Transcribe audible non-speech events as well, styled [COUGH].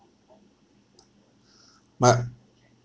[BREATH] my